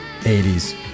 80s